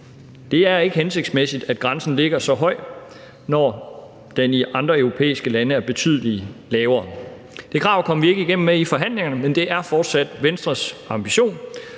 Det er ikke hensigtsmæssigt, at grænsen ligger så højt, når den i andre europæiske lande er betydelig lavere. Det krav kom vi ikke igennem med i forhandlingerne, men det er fortsat Venstres ambition,